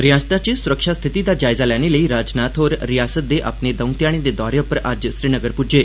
रियासता च सुरक्षा स्थिति दा जायज़ा लैने लेई राजनाथ होर रिआसता दे अपने दौं ध्याड़ें दे दौरे उप्पर अज्ज श्रीनगर पुज्जे